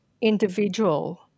individual